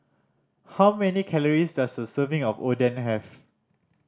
how many calories does a serving of Oden have